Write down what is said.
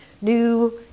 new